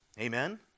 amen